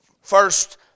First